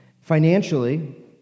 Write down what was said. Financially